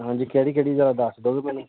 ਹਾਂਜੀ ਕਿਹੜੀ ਕਿਹੜੀ ਜਰਾ ਦੱਸ ਦਿਉਂਗੇ ਮੈਨੂੰ